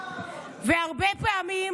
בבקשה.